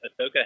Ahsoka